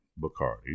Bacardi